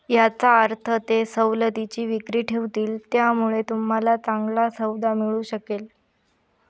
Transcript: याचा अर्थ ते सवलतीची विक्री ठेवतील त्यामुळे तुम्हाला चांगला सौदा मिळू शकेल